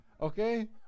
okay